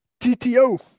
TTO